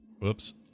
Whoops